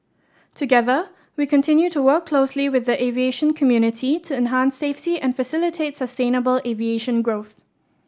together we continue to work closely with the aviation community to enhance safety and facilitate sustainable aviation growth